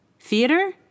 Theater